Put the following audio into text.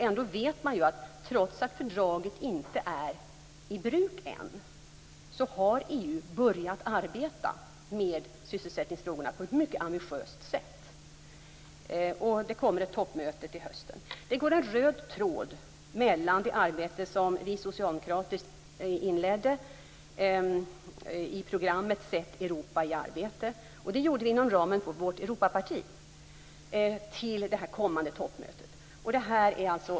Ändå vet man ju att EU, trots att fördraget inte är i bruk än, har börjat arbeta med sysselsättingsfrågorna på ett mycket ambitiöst sätt, och det kommer ett toppmöte till hösten. Det går en röd tråd från det arbete som vi socialdemokrater inledde inom ramen för vårt Europaparti i programmet Sätt Europa i arbete till det kommande toppmötet.